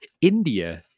india